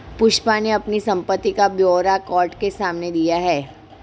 पुष्पा ने अपनी संपत्ति का ब्यौरा कोर्ट के सामने दिया